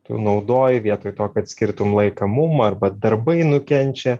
tu naudoji vietoj to kad skirtum laiką mum arba darbai nukenčia